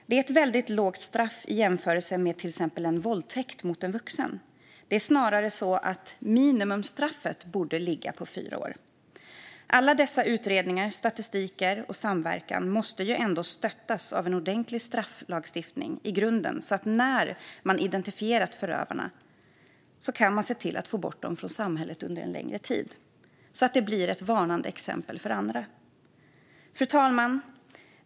Det är ett väldigt lågt straff i jämförelse med till exempel en våldtäkt mot en vuxen. Det är snarare så att minimumstraffet borde ligga på fyra år. Alla dessa utredningar och all statistik och samverkan måste stöttas av en ordentlig strafflagstiftning i grunden så att man när man identifierat förövarna kan se till att få bort dem från samhället under en längre tid så att det blir ett varnande exempel för andra. Fru talman!